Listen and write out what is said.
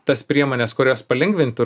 tas priemones kurios palengvintų